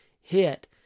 hit